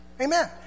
Amen